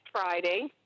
Friday